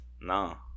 No